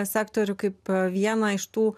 sektorių kaip vieną iš tų